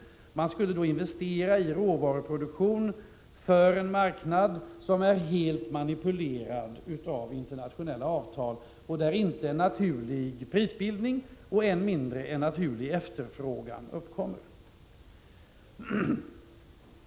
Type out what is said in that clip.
Man skulle då investera i råvaruproduktion för en marknad som är helt manipulerad av internationella avtal och där inte en naturlig prisbildning och än mindre en naturlig efterfrågan uppkommer.